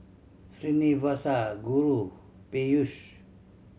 Srinivasa Guru Peyush